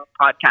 podcast